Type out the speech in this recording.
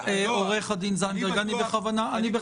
אנחנו פועלים רק מסיבות ענייניות.